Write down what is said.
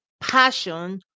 passion